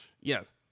Yes